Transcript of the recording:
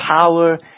power